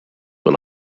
when